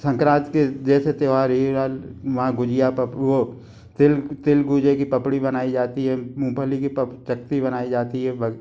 संक्रांति के जैसे त्यौहार वहाँ गुजिया वो तिल तिल गूजर की पपड़ी बनाई जाती है मूंगफली की चटनी बनाई जाती है